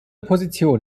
position